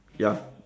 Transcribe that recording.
ya